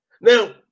now